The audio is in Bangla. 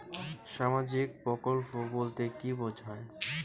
সামাজিক প্রকল্প বলতে কি বোঝায়?